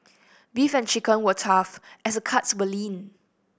beef and chicken were tough as the cuts were lean